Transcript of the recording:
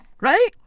right